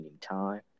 time